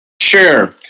Sure